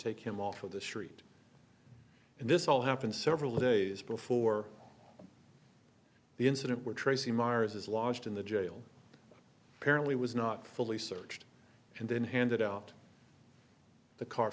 take him off of the street and this all happened several days before the incident where tracy myers is lodged in the jail apparently was not fully searched and then handed out the car